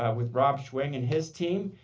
ah with rob shwig and his team,